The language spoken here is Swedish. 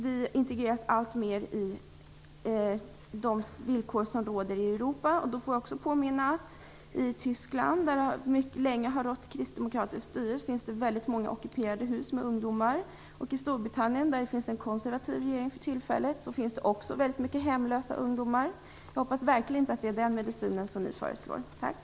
Vi integreras alltmer i de villkor som råder i övriga Europa. Jag vill också påminna om att det i Tyskland, där det länge har rått kristdemokratiskt styre, finns väldigt många ockuperade hus med ungdomar. I Storbritannien, där det för tillfället är en konservativ regering, finns det också väldigt många hemlösa ungdomar. Jag hoppas verkligen inte att det är den medicinen som ni kristdemokrater föreslår.